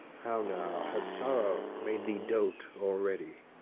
how now! has sorrow made thee dote already?